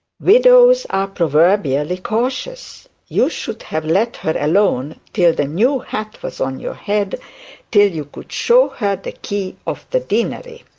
widows are proverbially cautious. you should have let her alone till the new hat was on your head till you could show her the key of the deanery